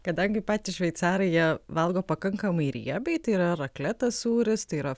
kadangi patys šveicarai jie valgo pakankamai riebiai tai yra raklet tas sūris tai yra